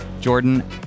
Jordan